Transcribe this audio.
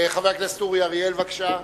חבר הכנסת אורי אריאל, בבקשה.